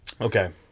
Okay